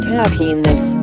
happiness